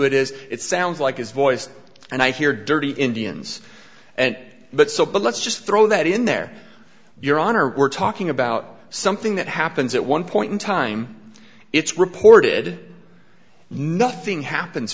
it is it sounds like his voice and i hear dirty indians and but so but let's just throw that in there your honor we're talking about something that happens at one point in time it's reported nothing happens